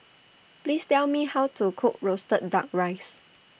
Please Tell Me How to Cook Roasted Duck Rice